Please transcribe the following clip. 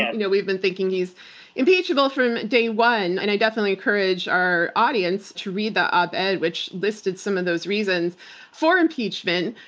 you know we've been thinking he's impeachable from day one. and i definitely encourage our audience to read the ah op-ed which listed some of those reasons for impeachment.